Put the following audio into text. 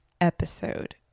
episode